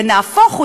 ונהפוך הוא,